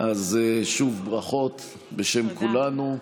אז שוב, ברכות בשם כולנו.